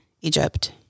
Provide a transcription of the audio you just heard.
Egypt